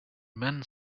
men